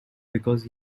because